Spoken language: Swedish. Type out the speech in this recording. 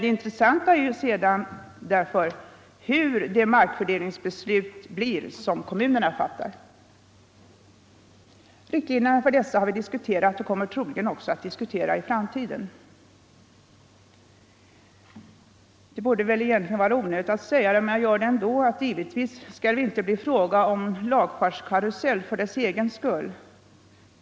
Det intressanta är därför de markfördelningsbeslut som kommunerna fattar. Riktlinjerna för dessa har vi diskuterat och kommer troligen också att diskutera i framtiden. Det borde egentligen vara onödigt att säga det, men jag gör det ändå, att det givetvis inte skall bli fråga om en lagfartskarusell för dess egen skull.